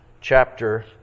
chapter